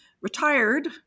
retired